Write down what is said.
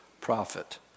prophet